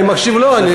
אני מקשיב לו.